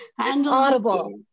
Audible